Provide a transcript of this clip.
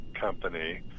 company